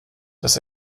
das